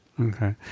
okay